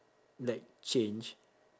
like change